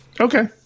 Okay